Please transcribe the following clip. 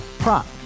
Prop